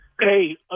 Hey